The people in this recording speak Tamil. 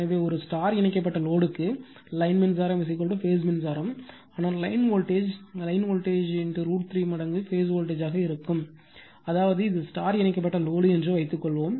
எனவே ஒரு ஸ்டார் இணைக்கப்பட்ட லோடுக்கு லைன் மின்சாரம் பேஸ் மின்சாரம் ஆனால் லைன் வோல்டேஜ் லைன் வோல்டேஜ் √ 3 மடங்கு பேஸ் வோல்டேஜ் ஆக இருக்கும் அதாவது இது ஸ்டார் இணைக்கப்பட்ட லோடு என்று வைத்துக்கொள்வோம்